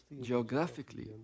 geographically